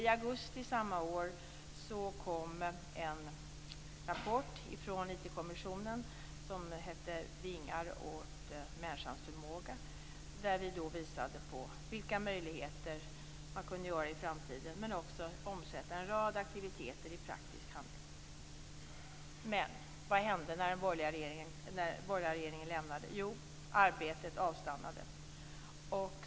I augusti samma år kom en rapport från IT kommissionen, som hette Vingar åt människans förmåga, där vi visade på framtidens möjligheter och också på hur man kunde omsätta en rad idéer i aktiviteter och praktisk handling. Vad hände när den borgerliga regeringen lämnade regeringsmakten? Jo, arbetet avstannade.